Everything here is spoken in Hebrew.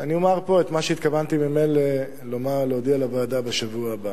אני אומר פה את מה שהתכוונתי ממילא להודיע לוועדה בשבוע הבא: